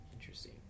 Interesting